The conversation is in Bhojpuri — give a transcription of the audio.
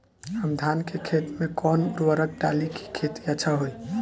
हम धान के खेत में कवन उर्वरक डाली कि खेती अच्छा होई?